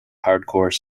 hardcore